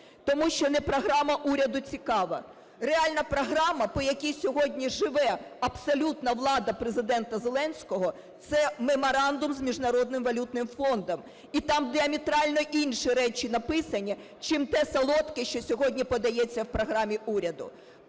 Тому що не програма уряду цікава, реальна програма, по якій сьогодні живе абсолютна влада Президента Зеленського, це меморандум з Міжнародним валютним фондом, і там діаметрально інші речі написані чим те "солодке", що сьогодні подається у програмі уряду.